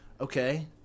Okay